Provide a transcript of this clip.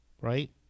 right